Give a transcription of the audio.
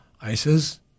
ISIS